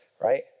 right